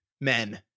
men